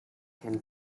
can